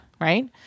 right